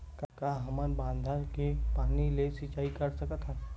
का हमन बांधा के पानी ले सिंचाई कर सकथन?